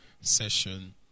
session